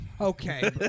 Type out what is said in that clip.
Okay